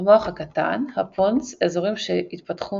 המוח הקטן הפונס אזורים שהתפתחו